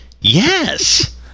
Yes